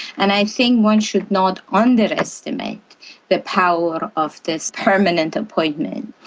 and i think one should not underestimate the power of this permanent appointment,